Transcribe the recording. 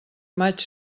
maig